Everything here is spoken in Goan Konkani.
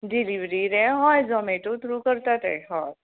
डिलिवरी रे हय झॉमॅटो त्रू करता ते हय